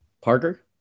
Parker